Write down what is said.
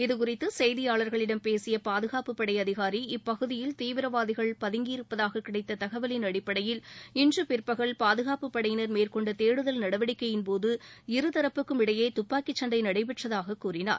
இதுகுறித்து செய்தியாளர்களிடம் பேசிய பாதுகாப்பு படை அதிகாரி இப்பகுதியில் தீவிரவாதிகள் பதுங்கியிருப்பதாக கிடைத்த தகவலின் அடிப்படையில் இன்று பிற்பகல் பாதுகாப்பு படையினர் மேற்கொண்ட தேடுதல் நடவடிக்கையின் போது இருதரப்புக்கும் இடையே துப்பாக்கி சண்டை நடைபெற்றதாக கூறினார்